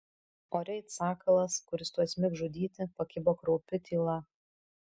ore it sakalas kuris tuoj smigs žudyti pakibo kraupi tyla